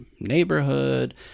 neighborhood